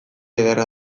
ederra